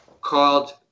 called